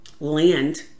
Land